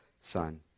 son